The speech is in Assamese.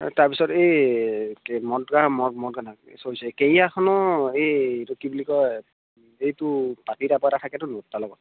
তাৰপিছত এই মদগা মদ মদগাদ চৰি চৰি কেৰিয়াৰখনৰ এই এইটো কি বুলি কয় এইটো পাটি টাইপৰ এটা থাকেতো নো তাৰ লগত